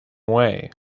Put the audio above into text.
way